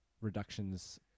reductions